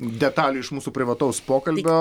detalių iš mūsų privataus pokalbio